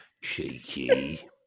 Shaky